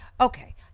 Okay